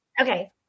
Okay